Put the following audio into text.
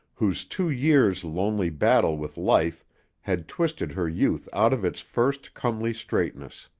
whose two years' lonely battle with life had twisted her youth out of its first comely straightness.